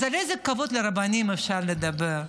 אז על איזה כבוד לרבנים אפשר לדבר?